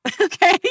Okay